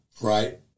Right